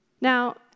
Now